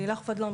לילך פדלון,